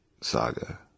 saga